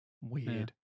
weird